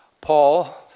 Paul